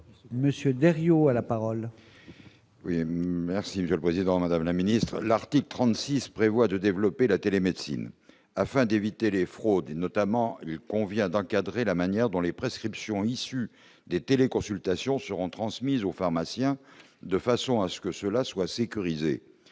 Monsieur derrière au à la parole. Oui, merci Monsieur le Président, Madame la Ministre, l'article 36 prévoit de développer la télémédecine, afin d'éviter les fraudes, notamment, il convient d'encadrer la manière dont les prescriptions issus des téléconsultations seront transmises aux pharmaciens de façon à ce que cela soit sécurisé,